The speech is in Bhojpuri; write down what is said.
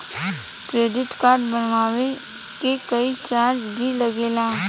क्रेडिट कार्ड बनवावे के कोई चार्ज भी लागेला?